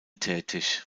tätig